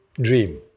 dream